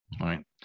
right